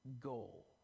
goal